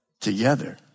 together